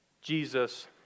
Jesus